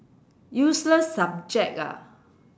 useless subject ah